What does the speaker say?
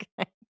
okay